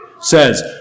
says